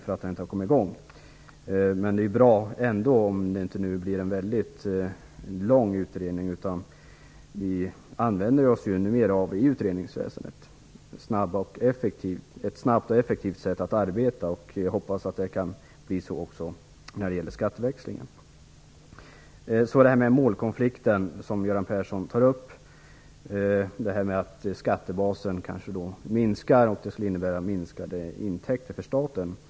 Det är ändå bra om det inte blir en väldigt lång utredning. I utredningsväsendet har vi ju numera snabba och effektiva arbetsmetoder. Jag hoppas att det kommer att gälla även frågan om skatteväxlingen. Göran Persson tog upp frågan om målkonflikten, nämligen att skattebasen minskar med minskade intäkter för staten som följd.